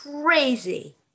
crazy